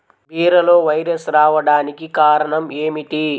బీరలో వైరస్ రావడానికి కారణం ఏమిటి?